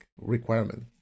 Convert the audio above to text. requirement